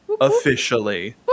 officially